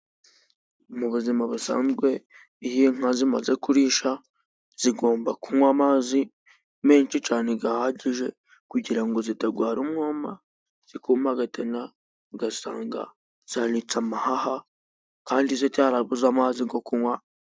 Mu buzima busanzwe, iyo inka zimaze kurisha, zigomba kunywa amazi menshi cyane ahagije, kugira ngo zitarwara umwuma zikumagatana, ugasanga zanitse amahaha, kandi zitarabuze amazi yo kunywa...